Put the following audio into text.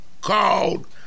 called